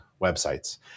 websites